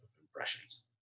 impressions